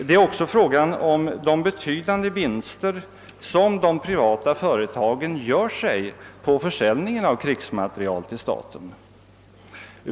Det är också fråga om de betydande vinster som de privata företagen gör på försäljning av krigsmateriel till staten.